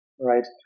right